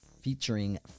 featuring